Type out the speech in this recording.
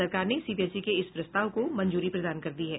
सरकार ने सीबीएसई के इस प्रस्ताव को मंजूरी प्रदान कर दी है